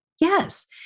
Yes